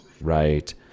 right